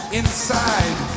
inside